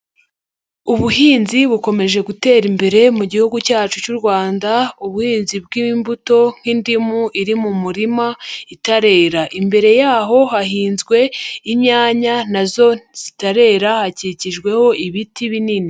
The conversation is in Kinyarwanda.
Ubuhinzi bukomeje gutera imbere mu gihugu cyacu cy'u Rwanda, ubuhinzi bw'imbuto nk'indimu iri mu murima itarera. Imbere yaho hahinzwe inyanya nazo zitarera, hakikijweho ibiti binini.